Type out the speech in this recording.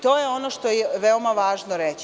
To je ono što je veoma važno reći.